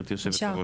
גברתי יושבת הראש.